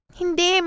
hindi